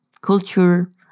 culture